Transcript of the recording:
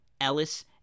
Ellis